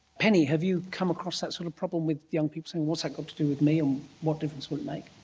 penny, have you come across that sort of problem with young people saying what's that got to do with me and what difference would it make?